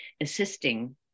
assisting